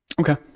okay